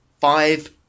five